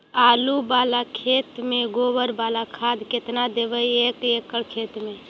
आलु बाला खेत मे गोबर बाला खाद केतना देबै एक एकड़ खेत में?